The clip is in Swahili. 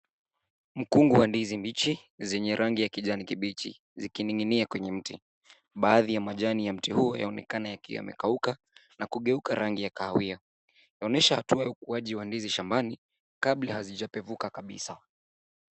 Mkungu wa ndizi mbichi zenye rangi ya kijani kibichi zikining'inia kwenye mti. Baadhi ya majani ya mti huu yanaonekana yamekauka na kugeuka rangi ya kahawia. Inaonyesha hatua za ukuaji wa ndizi shambani kabla hazija pevuka kabisa.